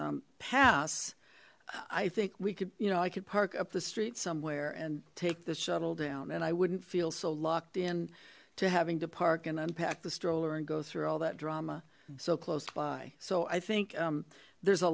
this pass i think we could you know i could park up the street somewhere and take the shuttle down and i wouldn't feel so locked in to having to park and unpack the stroller and go through all that drama so close by so i think there's a